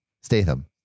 Statham